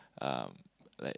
um like